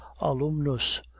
alumnus